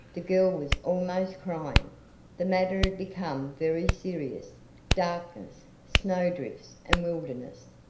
the girl was almost crying the matter had become very serious darkness, snowdrifts and wilderness.